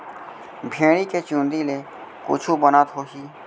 भेड़ी के चूंदी ले कुछु बनत होही?